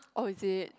oh is it